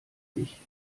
ich